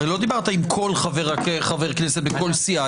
הרי לא דיברת עם כל חבר כנסת בכל סיעה.